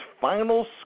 final